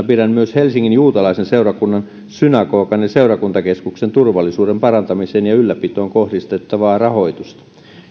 pidän myös helsingin juutalaisen seurakunnan synagogan ja seurakuntakeskuksen turvallisuuden parantamiseen ja ylläpitoon kohdistettavaa rahoitusta